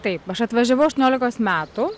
taip aš atvažiavau aštuoniolikos metų